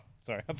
sorry